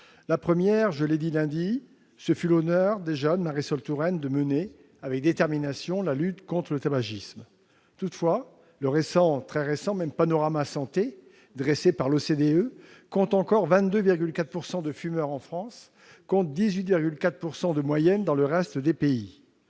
réflexion : je l'ai dit lundi, ce fut l'honneur de Marisol Touraine de mener avec détermination la lutte contre le tabagisme. Toutefois, le très récent Panorama Santé dressé par l'OCDE compte encore 22,4 % de fumeurs en France, contre une moyenne de 18,4 % dans le reste des pays.